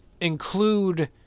include